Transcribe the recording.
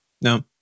No